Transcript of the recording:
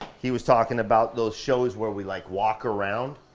he was talking about those shows where we like walk around.